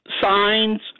signs